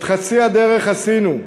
את חצי הדרך עשינו,